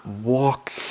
walk